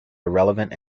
irrelevant